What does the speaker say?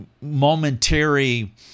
momentary